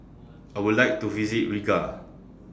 I Would like to visit Riga